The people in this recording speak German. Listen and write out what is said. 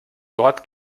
dort